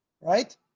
right